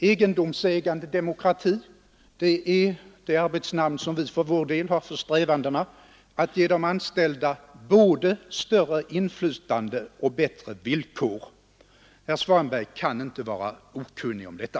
Egendomsägande demokrati — det är det arbetsnamn som vi för vår del har för strävandena att ge de anställda både större inflytande och bättre villkor. Herr Svanberg kan inte vara okunnig om detta.